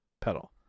pedal